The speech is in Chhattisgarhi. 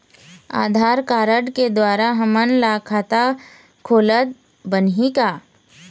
आधार कारड के द्वारा हमन ला खाता खोलत बनही का?